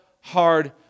hard